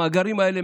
המאגרים האלה,